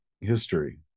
history